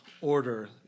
order